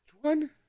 one